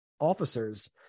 officers